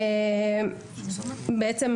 בעצם,